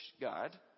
God